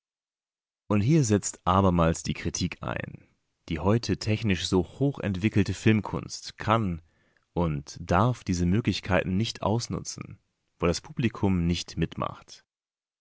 und hier setzt abermals die kritik ein die heute technisch so hoch entwickelte filmkunst kann und darf diese möglichkeiten nicht ausnutzen weil das publikum nicht mitmacht